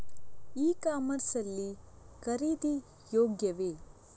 E commerce ಲ್ಲಿ ಖರೀದಿ ಯೋಗ್ಯವೇ?